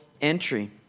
entry